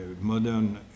modern